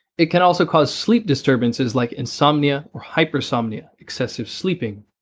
it can also cause sleep disturbances like insomnia or hypersomnia excessive sleeping.